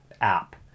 app